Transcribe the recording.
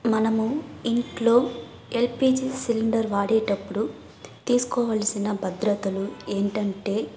మనము ఇంట్లో LPG cylinder వాడేటప్పుడు తీసుకోవలసిన భద్రతలు ఏంటంటే